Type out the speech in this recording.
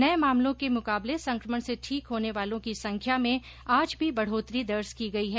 नये मामलों के मकाबले संकमण से ठीक होने वालों की संख्या में आज भी बढोतरी दर्ज की गई है